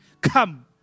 Come